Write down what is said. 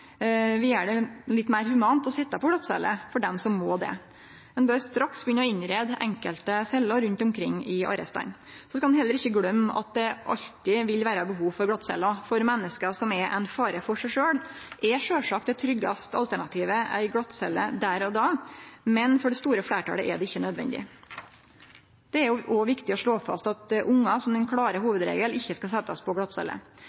vi gjer det litt meir humant å sitje på glattcelle for dei som må det. Ein bør straks begynne å innreie enkelte celler rundt omkring i arrestane. Så skal ein heller ikkje gløyme at det alltid vil vere behov for glattceller. For menneske som er ein fare for seg sjølv, er sjølvsagt det tryggaste alternativet ei glattcelle der og da, men for det store fleirtalet er det ikkje nødvendig. Det er òg viktig å slå fast at ungar, som